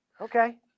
Okay